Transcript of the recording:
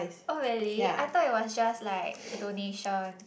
oh really I thought it was just like donation